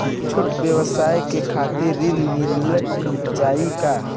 छोट ब्योसाय के खातिर ऋण मिल जाए का?